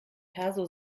perso